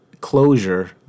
closure